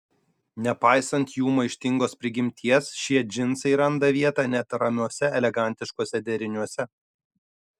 nepaisant jų maištingos prigimties šie džinsai randa vietą net ramiuose elegantiškuose deriniuose